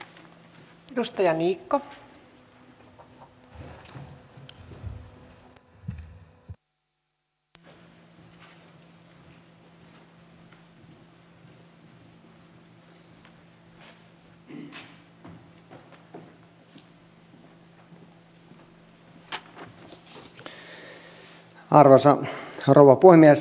arvoisa rouva puhemies